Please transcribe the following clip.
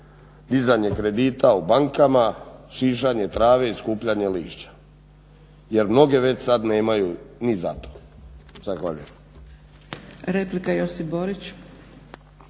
dizanje kredita u bankama, šišanje trave i skupljanje lišća. Jer mnoge već sad nemaju ni za to. Zahvaljujem.